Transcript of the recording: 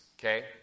Okay